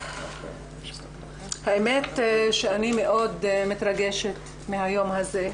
האמת שאני מאוד מתרגשת מהיום הזה.